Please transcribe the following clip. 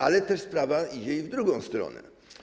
Ale też sprawa idzie i w drugą stronę.